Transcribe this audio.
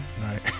Right